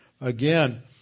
Again